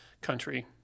country